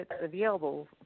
available